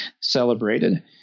celebrated